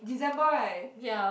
December right